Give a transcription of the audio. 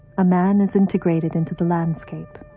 a man is integrated into the landscape.